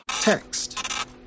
text